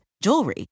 jewelry